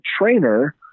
trainer